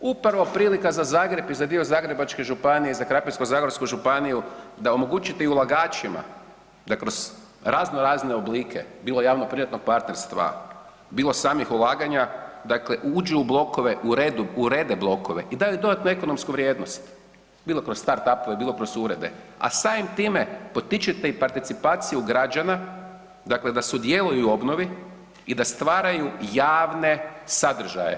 Upravo prilika za Zagreb i dio Zagrebačke županije, za Zagorsko-krapinsku županiju, da omogućite i ulagačima da kroz razno razne oblike bilo javno privatnog partnerstva, bilo samih ulaganja, dakle uđu u blokove, urede blokove i daju dodatnu ekonomsku vrijednost bilo kroz startupove, bilo kroz urede, a samim time potičete i participaciju građana, dakle da sudjeluju u obnovi i da stvaraju javne sadržaje.